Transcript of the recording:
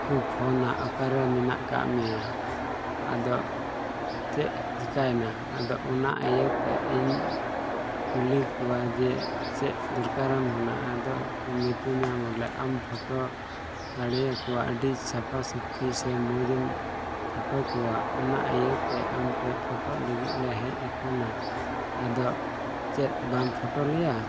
ᱠᱚ ᱯᱷᱳᱱᱟ ᱚᱠᱟᱨᱮ ᱢᱮᱱᱟᱜ ᱠᱟᱜ ᱢᱮᱭᱟ ᱟᱫᱚ ᱪᱮᱫ ᱪᱤᱠᱟᱹᱭᱟᱱᱟ ᱟᱫᱚ ᱚᱱᱟ ᱤᱭᱟᱹᱛᱮ ᱤᱧ ᱠᱩᱞᱤ ᱠᱚᱣᱟ ᱡᱮ ᱪᱮᱫ ᱫᱚᱨᱠᱟᱨᱮᱢ ᱢᱮᱱᱟᱜᱼᱟ ᱟᱫᱚ ᱢᱤᱛᱟᱹᱧᱟᱭ ᱵᱚᱞᱮ ᱟᱢ ᱯᱷᱳᱴᱳ ᱫᱟᱲᱮᱭᱟᱠᱚᱣᱟ ᱥᱟᱯᱷᱟᱥᱟᱹᱯᱷᱤ ᱥᱮ ᱢᱚᱡᱮᱢ ᱯᱷᱳᱴᱳ ᱠᱚᱣᱟ ᱟᱢ ᱴᱷᱮᱱ ᱯᱷᱳᱴᱳ ᱞᱟᱹᱜᱤᱫ ᱞᱮ ᱦᱮᱡ ᱟᱠᱟᱱᱟ ᱟᱫᱚ ᱪᱮᱫ ᱵᱟᱢ ᱯᱷᱳᱴᱳ ᱞᱮᱭᱟ